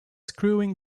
screwing